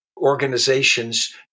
organizations